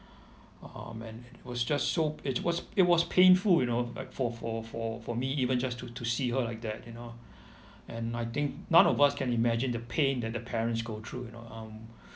um and it was just so it was it was painful you know like for for for for me even just to to see her like that you know and I think none of us can imagine the pain that the parents go through you know um